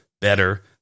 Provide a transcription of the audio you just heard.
better